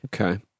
okay